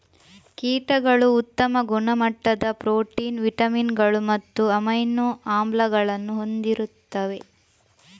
ಕೀಟಗಳು ಉತ್ತಮ ಗುಣಮಟ್ಟದ ಪ್ರೋಟೀನ್, ವಿಟಮಿನುಗಳು ಮತ್ತು ಅಮೈನೋ ಆಮ್ಲಗಳನ್ನು ಹೊಂದಿರುತ್ತವೆ